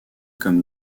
comme